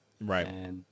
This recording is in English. Right